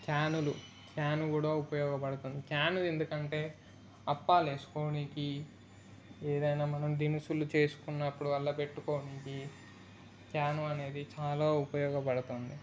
క్యానులు క్యాను కూడా ఉపయోగపడుతుంది క్యాను ఎందుకంటే అప్పాలు వేసుకోవడానికి ఏదైనా మనం దినుసులు చేసుకునప్పుడు అవి పెట్టుకోవడానికి క్యాను అనేది చాలా ఉపయోగపడుతుంది